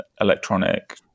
electronic